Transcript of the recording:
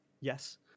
Yes